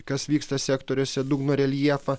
kas vyksta sektoriuose dugno reljefą